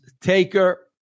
taker